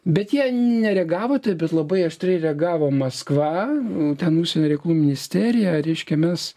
bet jie nereagavo tai bet labai aštriai reagavo maskva ten užsienio reikalų ministerija reiškia mes